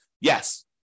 Yes